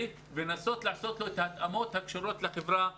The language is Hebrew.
ולנסות לעשות לו את ההתאמות הקשורות לחברה הערבית.